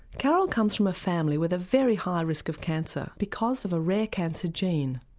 carole comes from a family with a very high risk of cancer, because of a rare cancer gene.